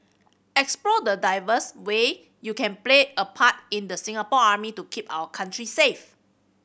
explore the diverse way you can play a part in the Singapore Army to keep our country safe